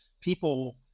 People